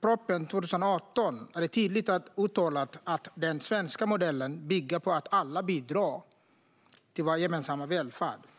för 2018 är det tydligt uttalat att den svenska modellen bygger på att alla bidrar till vår gemensamma välfärd.